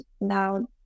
now